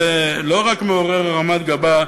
זה לא רק מעורר הרמת גבה,